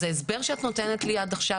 אז ההסבר שאת נותנת לי עד עכשיו,